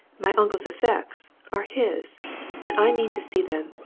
my uncle's effects are his and i mean to see them,